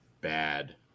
bad